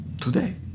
today